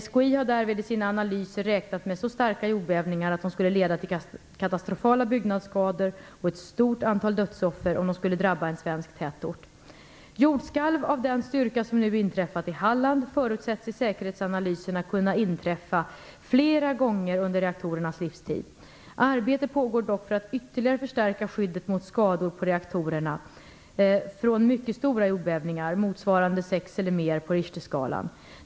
SKI har därvid i sina analyser räknat med så starka jordbävningar att de skulle leda till katastrofala byggnadsskador och ett stort antal dödsoffer om de skulle drabba en svensk tätort. Jordskalv av den styrka som nu inträffade i Halland förutsätts i säkerhetsanalyserna kunna inträffa flera gånger under reaktorernas livstid. Arbete pågår dock för att ytterligare förstärka skyddet mot skador på reaktorerna från mycket stora jordbävningar, motsvarande 6 eller mer på Richterskalan.